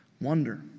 Wonder